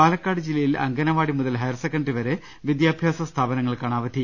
പാലക്കാട് ജില്ലയിൽ അംഗനവാടി മുതൽ higher secondary വരെ വിദ്യാഭ്യാസ സ്ഥാപനങ്ങൾക്കാണ് അവധി